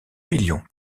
million